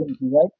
right